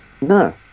No